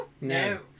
No